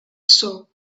saw